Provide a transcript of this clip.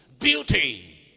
beauty